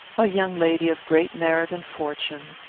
a young lady of great merit and fortune,